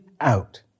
out